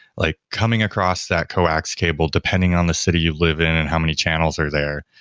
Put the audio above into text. like coming across that coax cable depending on the city you live in and how many channels are there,